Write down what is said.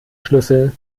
schlüssel